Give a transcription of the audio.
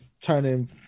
turning